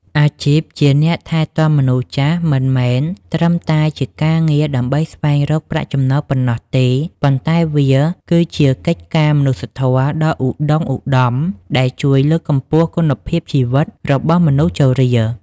អាជីពជាអ្នកថែទាំមនុស្សចាស់មិនមែនត្រឹមតែជាការងារដើម្បីស្វែងរកប្រាក់ចំណូលប៉ុណ្ណោះទេ ប៉ុន្តែវាគឺជាកិច្ចការមនុស្សធម៌ដ៏ឧត្តុង្គឧត្តមដែលជួយលើកកម្ពស់គុណភាពជីវិតរបស់មនុស្សជរា។